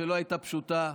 שלא הייתה פשוטה,